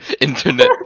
internet